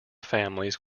families